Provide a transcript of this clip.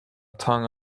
tongue